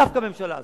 דווקא הממשלה הזאת,